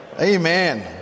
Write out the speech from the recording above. Amen